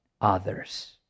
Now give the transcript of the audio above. others